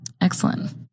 Excellent